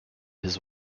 his